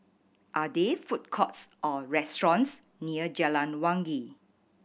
are there food courts or restaurants near Jalan Wangi